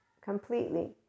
completely